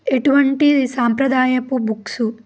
ఎటువంటి సాంప్రదాయపు బుక్సు